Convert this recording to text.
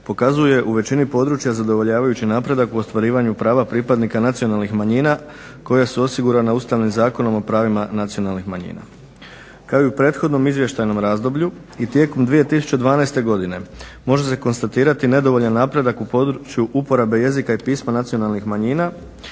pokazuje u većini područja zadovoljavajući napredak u ostvarivanju prava pripadnika nacionalnih manjina koja su osigurana Ustavnim zakonom o pravima nacionalnih manjina. Kao i u prethodnom izvještajnom razdoblju i tijekom 2012. godine može se konstatirati nedovoljan napredak u području uporabe jezika i pisma nacionalnih manjina